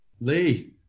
Lee